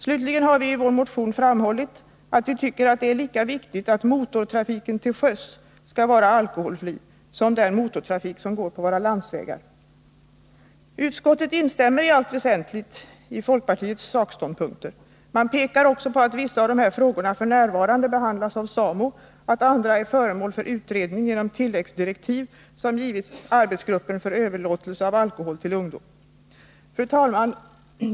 Slutligen har vi i vår motion framhållit att vi tycker att det är lika viktigt att motortrafiken till sjöss skall vara alkoholfri som att den motortrafik som går på våra landsvägar skall vara det. Utskottet instämmer i allt väsentligt i folkpartiets sakståndpunkter. Man pekar också på att vissa av de här frågorna f. n. behandlas av SAMO, att andra är föremål för utredning genom tilläggsdirektiv som givits arbetsgruppen för överlåtelse av alkohol till ungdom. Fru talman!